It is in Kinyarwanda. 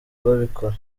babikora